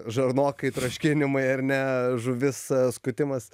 žarnokai troškinimai ar ne žuvis skutimas